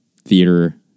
theater